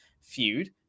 feud